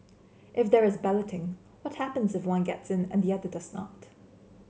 if there is balloting what happens if one gets in and the other does not